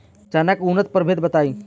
चना के उन्नत प्रभेद बताई?